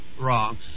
wrong